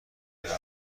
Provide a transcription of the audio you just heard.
هرروز